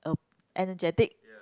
energetic